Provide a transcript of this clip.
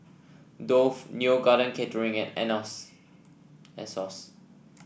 Dove Neo Garden Catering and Asos